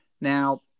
Now